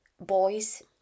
Boys